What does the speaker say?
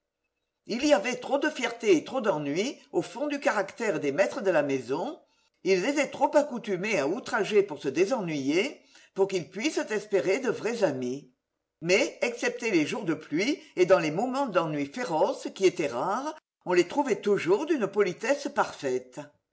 il y avait trop de fierté et trop d'ennui au fond du caractère des maîtres de la maison ils étaient trop accoutumes à outrager pour se désennuyer pour qu'ils pussent espérer de vrais amis mais excepté les jours de pluie et dans les moments d'ennui féroce qui étaient rares on les trouvait toujours d'une politesse parfaite